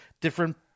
different